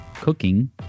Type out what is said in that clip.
cooking